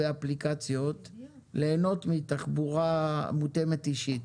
אפליקציות ליהנות מתחבורה מותאמת אישית.